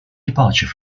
departure